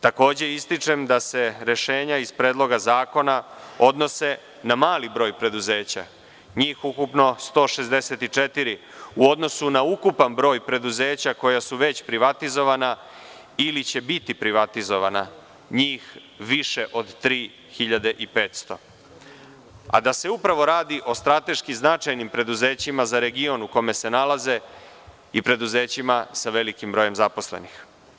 Takođe, ističem da se rešenja iz Predloga zakona odnose na mali broj preduzeća, njih ukupno 164 u odnosu na ukupan broj preduzeća koja su već privatizovana ili će biti privatizovana njih više od 3.500, a da se upravo radi o strateški značajnim preduzećima za region u kome se nalaze i preduzećima sa velikim brojem zaposlenih.